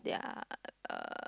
their uh